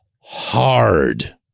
hard